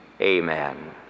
Amen